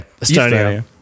Estonia